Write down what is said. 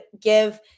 give